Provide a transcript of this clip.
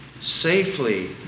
Safely